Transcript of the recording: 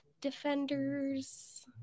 defenders